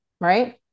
right